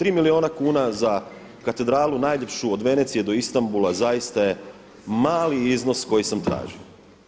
3 milijuna kuna za katedralu najljepšu od Venecije do Istambula zaista je mali iznos koji sam tražio.